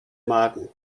magen